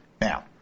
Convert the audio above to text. Now